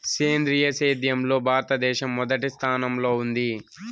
సేంద్రీయ సేద్యంలో భారతదేశం మొదటి స్థానంలో ఉంది